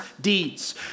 deeds